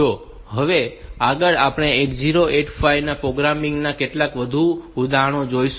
હવે આગળ આપણે આ 8085 પ્રોગ્રામિંગ ના કેટલાક વધુ ઉદાહરણો જોઈશું